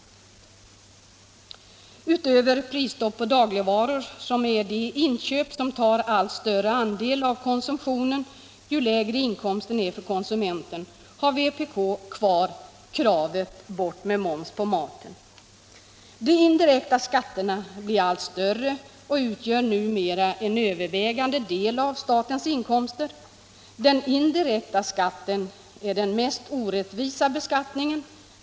Förutom kravet på prisstopp på dagligvaror, som utgör en större andel av konsumtionen för den konsument som har lägre inkomst, har vpk kvar kravet på avskaffande av moms på mat. De indirekta skatterna blir allt större och utgör numera en övervägande del av statens inkomster. Den indirekta skatten är den mest orättvisa.